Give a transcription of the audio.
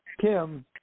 Kim